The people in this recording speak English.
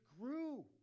grew